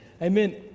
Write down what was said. Amen